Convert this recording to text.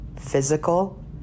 physical